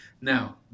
Now